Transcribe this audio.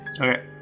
Okay